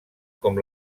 com